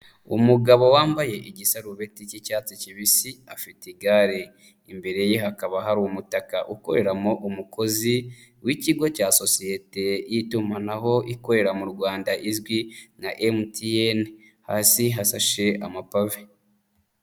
Umugabo wambaye igisarubeti k'icyatsi kibisi afite igare, imbere ye hakaba hari umutaka ukoreramo umukozi w'Ikigo cya sosiyete y'itumanaho ikorera mu Rwanda izwi nka MTN. Hasi hasashe amapave.